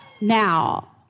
Now